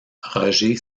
roger